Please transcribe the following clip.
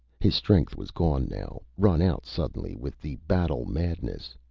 his strength was gone now, run out suddenly with the battle-madness.